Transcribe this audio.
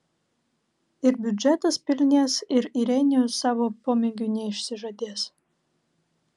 ir biudžetas pilnės ir irenijus savo pomėgių neišsižadės